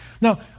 Now